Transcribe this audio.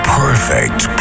perfect